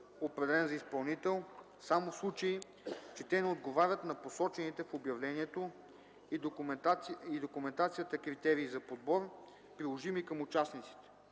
определен за изпълнител, само в случай че те не отговарят на посочените в обявлението и документацията критерии за подбор, приложими към участниците.